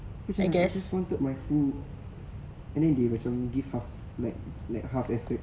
aku macam I just wanted my food and the they were like macam give half like like half effort